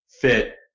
fit